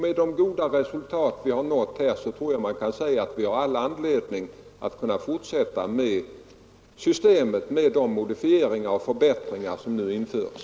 Med de goda resultat som vi här har nått tror jag man kan säga att vi har all anledning att fortsätta med systemet, med de modifieringar och förbättringar som nu införs.